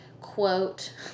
quote